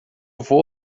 vou